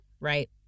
Right